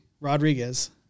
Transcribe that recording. Rodriguez